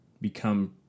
become